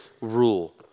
rule